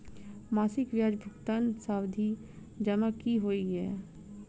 मासिक ब्याज भुगतान सावधि जमा की होइ है?